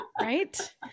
right